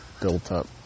built-up